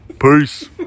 Peace